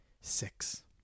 six